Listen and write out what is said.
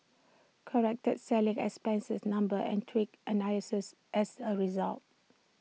corrected selling expenses numbers and tweaked analyses as A result